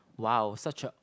!wow! such a